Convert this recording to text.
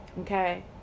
Okay